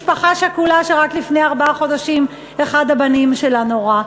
משפחה שכולה שרק לפני ארבעה חודשים אחד הבנים שלה נורה?